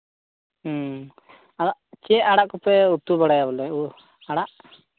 ᱦᱮᱸ ᱪᱮᱫ ᱟᱲᱟᱜ ᱠᱚᱯᱮ ᱩᱛᱩ ᱵᱟᱲᱟᱭᱟ ᱟᱲᱟᱜ